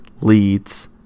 leads